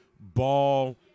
ball